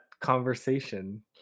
conversation